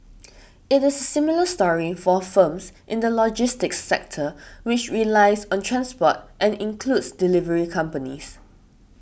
it is a similar story for firms in the logistics sector which relies on transport and includes delivery companies